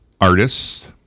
artists